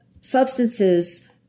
substances